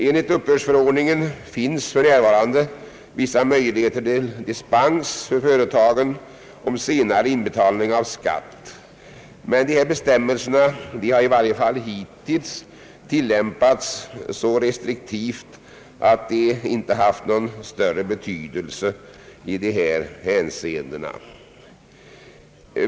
Enligt uppbördsförordningen finns för närvarande vissa möjligheter till dispens för företagen när det gäller senare inbetalning av skatt, men dessa bestämmelser har i varje fall hittills tillämpats så restriktivt att de inte haft någon större betydelse i dessa hänseenden.